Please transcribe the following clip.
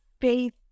faith